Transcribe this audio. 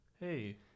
Hey